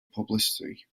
publicity